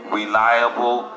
reliable